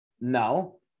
No